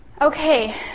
Okay